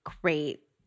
great